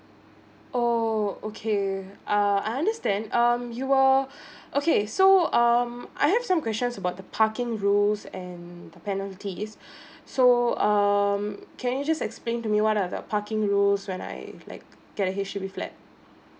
oh okay err I understand um you err okay so um I have some questions about the parking rules and the penalties so um can you just explain to me what are the parking rules when I like get a H_D_B flat